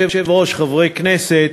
אדוני היושב-ראש, חברי הכנסת,